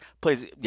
please